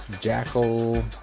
Jackal